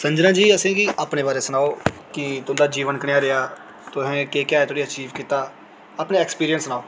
संजना जी असें गी अपने बारे ई सनाओ कि तुं'दा जीवन कनेहा रेहा तोहें केह् केह् अज्जे धोड़ी अचीव कीता अपना एक्सपीरियंस सनाओ